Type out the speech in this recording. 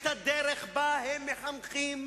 את הדרך שבה הם מחנכים.